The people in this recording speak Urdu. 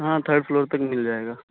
ہاں تھرڈ فلور تک مل جائے گا